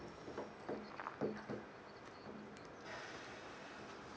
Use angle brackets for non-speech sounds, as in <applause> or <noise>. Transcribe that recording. <breath>